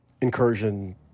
Incursion